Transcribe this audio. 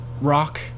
rock